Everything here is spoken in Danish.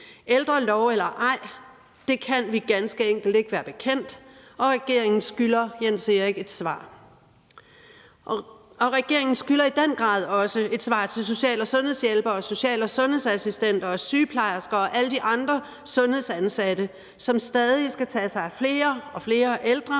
Ældrelov eller ej – det kan vi ganske enkelt ikke være bekendt, og regeringen skylder Jens Erik et svar. Og regeringen skylder i den grad også et svar til social- og sundhedshjælpere, social- og sundhedsassistenter, sygeplejersker og alle de andre sundhedsansatte, som stadig skal tage sig af flere og flere ældre,